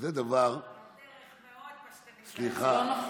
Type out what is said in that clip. וזה דבר, זו דרך מאוד פשטנית להציג.